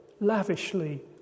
lavishly